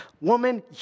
woman